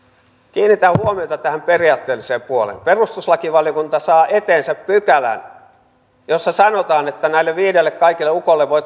kiinnitän huomiota tähän periaatteelliseen puoleen perustuslakivaliokunta saa eteensä pykälän jossa sanotaan että kaikille näille viidelle ukolle voi laittaa